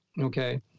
okay